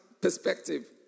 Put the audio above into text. perspective